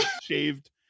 shaved